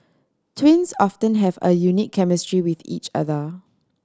twins often have a unique chemistry with each other